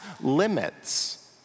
limits